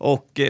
Och